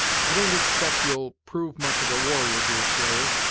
i don't expect you'll prove much of a warrior, deerslayer,